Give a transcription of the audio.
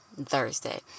Thursday